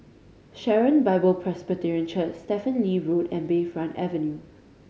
Sharon Bible Presbyterian Church Stephen Lee Road and Bayfront Avenue